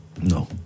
no